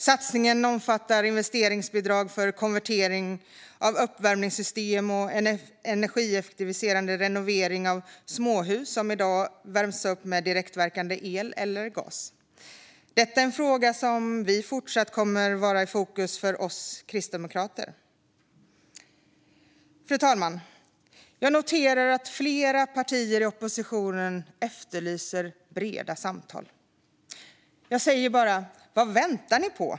Satsningen omfattar investeringsbidrag för konvertering av uppvärmningssystem och energieffektiviserande renovering av småhus som i dag värms med direktverkande el eller gas. Detta är en fråga som kommer att fortsätta vara i fokus för oss kristdemokrater. Fru talman! Jag noterar att flera partier i oppositionen efterlyser breda samtal. Jag säger bara: Vad väntar ni på?